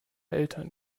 eltern